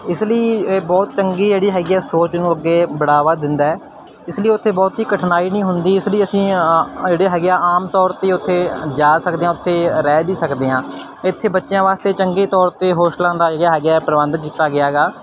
ਇਸ ਲਈ ਇਹ ਬਹੁਤ ਚੰਗੀ ਜਿਹੜੀ ਹੈਗੀ ਆ ਸੋਚ ਨੂੰ ਅੱਗੇ ਬੜਾਵਾ ਦਿੰਦਾ ਇਸ ਲਈ ਉੱਥੇ ਬਹੁਤ ਹੀ ਕਠਿਨਾਈ ਨਹੀਂ ਹੁੰਦੀ ਇਸ ਲਈ ਅਸੀਂ ਜਿਹੜੇ ਹੈਗੇ ਆ ਆਮ ਤੌਰ 'ਤੇ ਉੱਥੇ ਜਾ ਸਕਦੇ ਹਾਂ ਉੱਥੇ ਰਹਿ ਵੀ ਸਕਦੇ ਹਾਂ ਇੱਥੇ ਬੱਚਿਆਂ ਵਾਸਤੇ ਚੰਗੇ ਤੌਰ 'ਤੇ ਹੋਸਟਲਾਂ ਦਾ ਜਿਹੜਾ ਹੈਗਾ ਆ ਪ੍ਰਬੰਧ ਕੀਤਾ ਗਿਆ ਹੈਗਾ